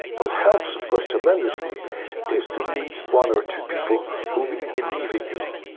plus helps, of course, tremendously is to meet one or two people who really believe in you,